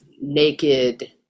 naked